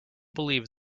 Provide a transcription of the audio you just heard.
believe